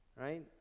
right